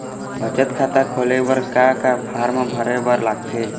बचत खाता खोले बर का का फॉर्म भरे बार लगथे?